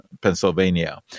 Pennsylvania